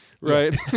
right